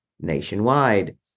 nationwide